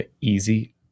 easy